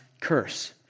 curse